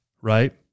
right